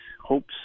hopes